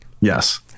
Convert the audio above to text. Yes